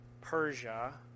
Persia